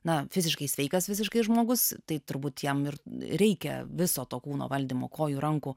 na fiziškai sveikas fiziškai žmogus tai turbūt jam ir reikia viso to kūno valdymo kojų rankų